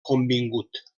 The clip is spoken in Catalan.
convingut